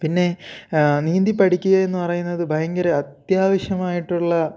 പിന്നെ നീന്തിപ്പടിക്കുകയെന്ന് പറയുന്നത് ഭയങ്കര അത്യാവശ്യമായിട്ടുള്ള